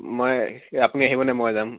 মই আপুনি আহিবনে মই যাম